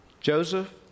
Joseph